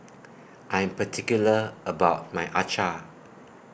I Am particular about My